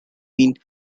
been